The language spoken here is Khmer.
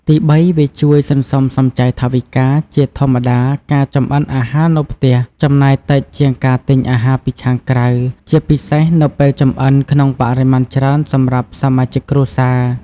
ទីបី វាជួយ សន្សំសំចៃថវិកា ជាធម្មតាការចម្អិនអាហារនៅផ្ទះចំណាយតិចជាងការទិញអាហារពីខាងក្រៅ ជាពិសេសនៅពេលចម្អិនក្នុងបរិមាណច្រើនសម្រាប់សមាជិកគ្រួសារ។